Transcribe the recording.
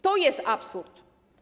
To jest absurd.